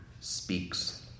speaks